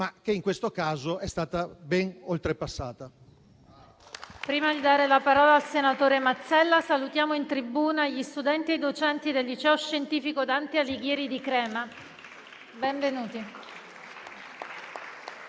ma che in questo caso è stata ben oltrepassata.